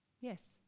Yes